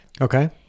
Okay